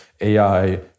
AI